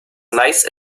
nice